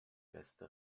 beste